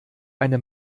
eine